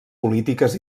polítiques